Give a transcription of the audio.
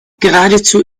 geradezu